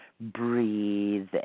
breathe